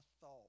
thought